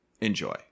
enjoy